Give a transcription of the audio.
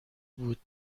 بود